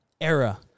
era